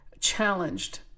challenged